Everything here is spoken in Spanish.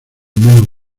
menos